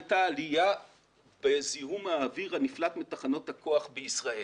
הייתה עלייה בזיהום האוויר הנפלט מתחנות הכוח בישראל